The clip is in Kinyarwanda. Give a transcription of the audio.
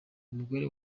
umugore